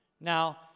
Now